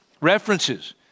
references